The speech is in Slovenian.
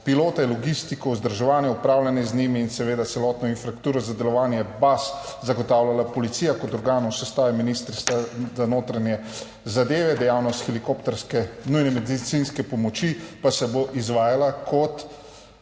pilote, logistiko, vzdrževanje, upravljanje z njimi in seveda celotno infrastrukturo za delovanje baz zagotavljala Policija kot organ v sestavi Ministrstva za notranje zadeve. Dejavnost helikopterske nujne medicinske pomoči pa se bo izvajala kot